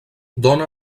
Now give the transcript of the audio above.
dóna